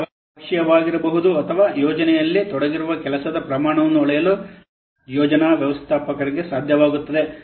ನಮಗೆ ಅವಶ್ಯಕವಾಗಿರಬಹುದು ಅಥವಾ ಯೋಜನೆಯಲ್ಲಿ ತೊಡಗಿರುವ ಕೆಲಸದ ಪ್ರಮಾಣವನ್ನು ಅಳೆಯಲು ಯೋಜನಾ ವ್ಯವಸ್ಥಾಪಕರಿಗೆ ಸಾಧ್ಯವಾಗುತ್ತದೆ